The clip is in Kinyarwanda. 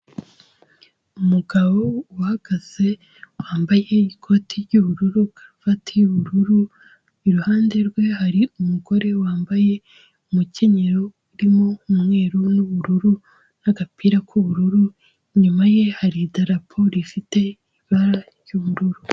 Umugabo uhagaze wambaye ikoti ry'ubururu karuvati y'ubururu iruhande rwe hari umugore wambaye umukenyero urimo umweru n'ubururu n'agapira k'ubururu inyuma ye hari Idarapo rifite ibara ry'ubururu.